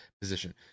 position